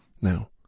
Now